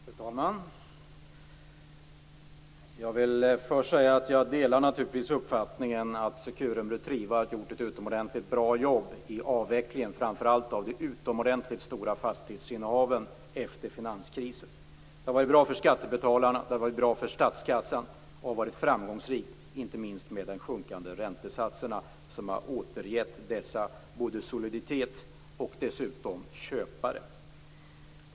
Fru talman! Jag vill först säga att jag naturligtvis delar uppfattningen att Securum och Retriva har gjort ett utomordentligt bra jobb med avvecklingen framför allt av de stora fastighetsinnehaven efter finanskrisen. Det har varit bra för skattebetalarna. Det har varit bra för statskassan. Det har varit framgångsrikt. Inte minst de sjunkande räntesatserna har återskapat soliditet och dessutom köpare.